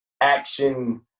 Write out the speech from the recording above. action